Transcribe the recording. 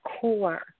core